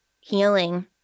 healing